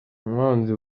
umwanzi